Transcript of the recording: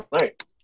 right